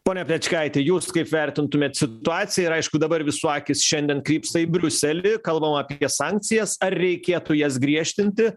pone plečkaiti jūs kaip vertintumėt situaciją ir aišku dabar visų akys šiandien krypsta į briuselį kalbam apie sankcijas ar reikėtų jas griežtinti